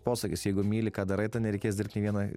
posakis jeigu myli ką darai tai nereikės dirbt nei vieną